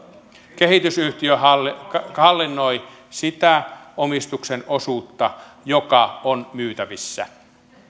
kehitysyhtiö hallinnoi hallinnoi sitä omistuksen osuutta joka on myytävissä